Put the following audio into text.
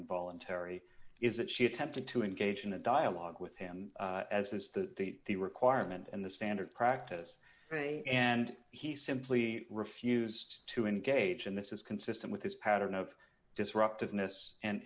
and voluntary is that she attempted to engage in a dialogue with him as is the the requirement in the standard practice and he simply refused to engage in this is consistent with his pattern of disruptive